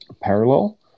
parallel